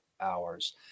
hours